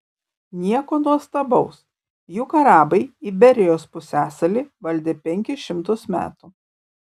nieko nuostabaus juk arabai iberijos pusiasalį valdė penkis šimtus metų